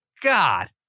God